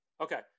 Okay